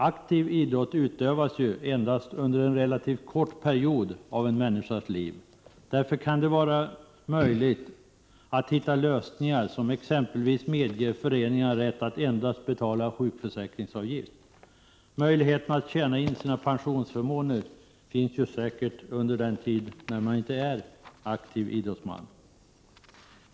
Aktiv idrott utövas endast under en relativt kort period av en människas liv. Det är därför möjligt att hitta lösningar som exempelvis medger föreningarna rätt att endast betala sjukförsäkringsavgift. Möjligheten att tjäna in sina pensionsförmåner finns säkert under den tid man inte är aktiv idrottsman.